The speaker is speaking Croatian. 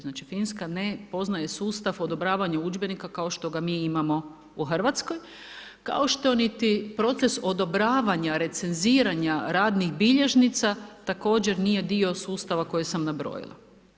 Znači, Finska ne poznaje sustav odobravanja udžbenika kao što ga mi imamo u Hrvatskoj, kao što niti proces odobravanja, recenziranja radnih bilježnica također nije dio sustava koje sam nabrojila.